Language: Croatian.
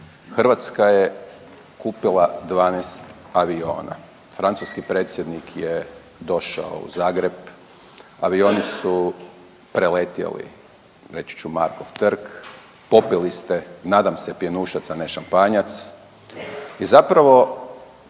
Hrvatska je kupila 12 aviona, francuski predsjednik je došao u Zagreb, avioni su preletjeli reći ću Markov trg, popili ste nadam se pjenušac, a ne šampanjac i zapravo